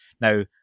Now